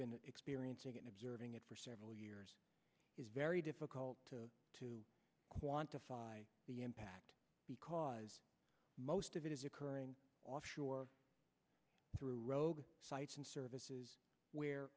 been experiencing and observing it for several years is very difficult to quantify the impact because most of it is occurring offshore through rogue sites and services where